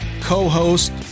co-host